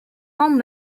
forme